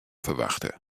ferwachte